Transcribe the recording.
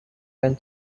went